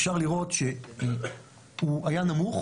אפשר לראות שהוא היה נמוך